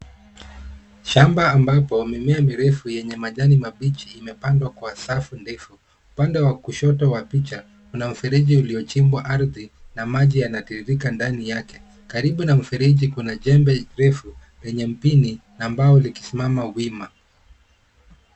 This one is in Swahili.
Shamba ambapo mimea mirefu yenye majani mabichi, imepandwa kwa safu ndefu. Upande wa kushoto wa picha, kuna mfereji uliochibwa ardhi, na maji yanatiririka ndani yake. Karibu na mfereji, kuna jembe refu lenye mpini na mbao likisimama wima.